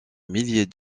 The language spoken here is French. millier